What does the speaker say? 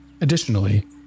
Additionally